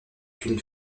une